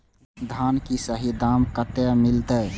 धान की सही दाम कते मिलते?